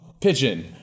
Pigeon